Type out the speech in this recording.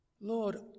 Lord